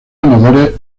ganadores